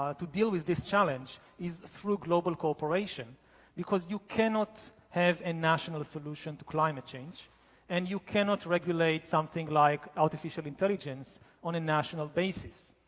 deal with this challenge is through global cooperation because you cannot have a national solution to climate change and you cannot regulate something like artificial intelligence on a national basis.